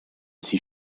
sie